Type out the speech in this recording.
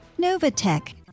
Novatech